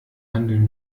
handeln